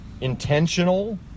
intentional